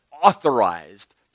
authorized